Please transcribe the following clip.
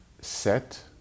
set